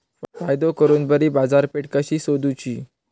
फायदो करून बरी बाजारपेठ कशी सोदुची?